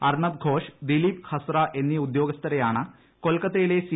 അർണബ് ഘോഷ് ദിലീപ് ഹസ്ര എന്നീ ഉദ്യോഗസ്ഥരെയാണ് കൊൽക്കത്തയിലെ സി